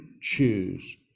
Choose